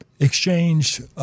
exchanged